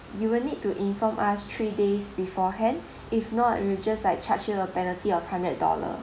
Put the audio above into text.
you will need to inform us three days beforehand if not we will just like charge you the penalty of hundred dollar